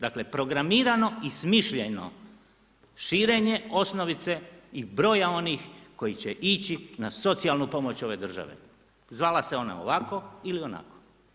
Dakle, programirano i smišljeno širenje osnovice i broja onih koji će ići na socijalnu pomoć ove države zvala se ona ovako ili onako.